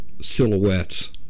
silhouettes